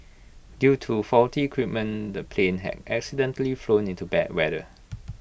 due to faulty equipment the plane had accidentally flown into bad weather